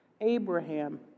Abraham